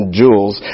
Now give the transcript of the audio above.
jewels